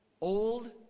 Old